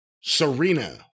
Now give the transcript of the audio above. Serena